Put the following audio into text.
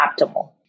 optimal